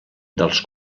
dels